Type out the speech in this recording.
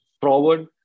forward